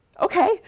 Okay